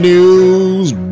News